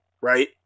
right